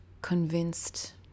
convinced